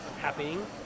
happening